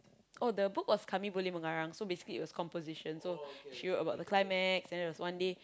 oh the book was kami boleh mengarang so basically it was composition so she wrote about the climax and then there was one day